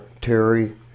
Terry